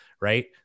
right